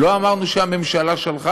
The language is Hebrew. לא אמרנו שהממשלה שלחה.